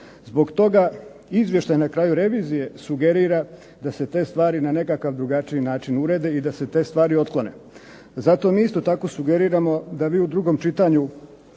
Zbog toga izvještaj na kraju revizije sugerira da se te stvari na nekakav način urede i da se te stvari otklone. Zato mi isto tako sugeriramo da vi u drugom čitanju